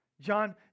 John